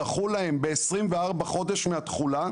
דחו להם ב-24 חודשים מהתחולה,